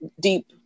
deep